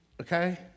Okay